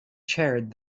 chaired